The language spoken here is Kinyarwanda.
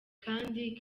kandi